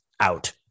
out